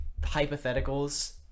hypotheticals